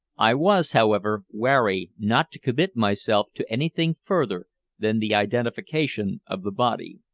i was, however, wary not to commit myself to anything further than the identification of the body.